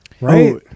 Right